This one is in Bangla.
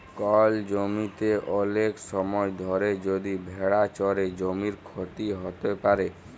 কল জমিতে ওলেক সময় ধরে যদি ভেড়া চরে জমির ক্ষতি হ্যত প্যারে